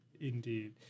Indeed